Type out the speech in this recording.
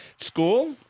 school